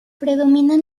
predominan